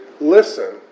listen